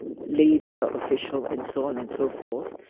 leader, official and so on and so forth.